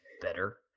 better